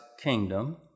kingdom